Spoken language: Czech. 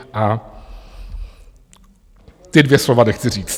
A ta dvě slova nechci říct.